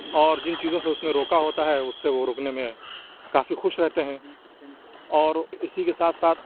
اور جن چیزوں سے اُس نے روکا ہوتا ہے اُس سے وہ رُکنے میں کافی خوش رہتے ہیں اور اِسی کے ساتھ ساتھ